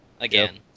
Again